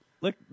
look